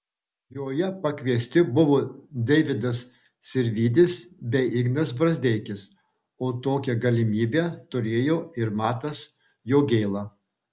joje pakviesti buvo deividas sirvydis bei ignas brazdeikis o tokią galimybę turėjo ir matas jogėla